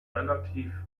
relativ